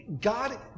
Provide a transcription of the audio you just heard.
God